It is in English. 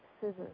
scissors